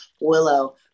Willow